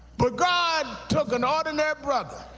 but god took an ordinary brother